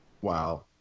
Wow